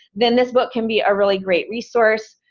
then this book can be a really great resource.